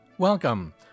Welcome